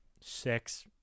six